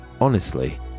honestly